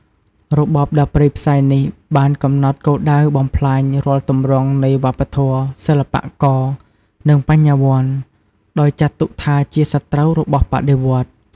របបដ៏ព្រៃផ្សៃនេះបានកំណត់គោលដៅបំផ្លាញរាល់ទម្រង់នៃវប្បធម៌ សិល្បៈករ និងបញ្ញវន្ត ដោយចាត់ទុកថាជាសត្រូវរបស់បដិវត្តន៍។